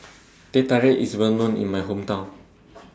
Teh Tarik IS Well known in My Hometown